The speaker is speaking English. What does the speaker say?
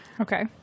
Okay